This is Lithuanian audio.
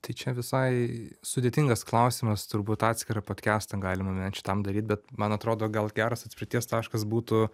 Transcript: tai čia visai sudėtingas klausimas turbūt atskirą podkestą galima net šitam daryt bet man atrodo gal geras atspirties taškas būtų